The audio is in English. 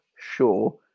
Sure